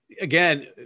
Again